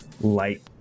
light